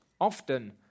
often